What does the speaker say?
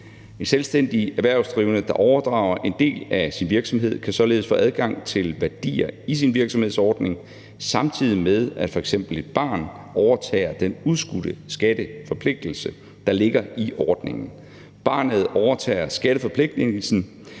En selvstændigt erhvervsdrivende, der overdrager en del af sin virksomhed, kan således få adgang til værdier i sin virksomhedsordning, samtidig med at f.eks. et barn overtager den udskudte skatteforpligtelse, der ligger i ordningen. Barnet overtager skatteforpligtigelsen,